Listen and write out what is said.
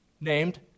named